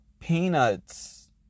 Peanuts